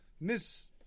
Miss